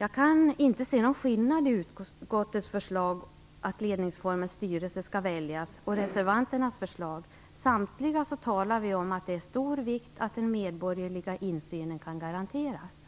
Jag kan inte se någon skillnad mellan utskottets förslag, att ledningsformen styrelse skall väljas, och reservanternas förslag. Alla säger vi att det är av stor vikt att den medborgerliga insynen kan garanteras.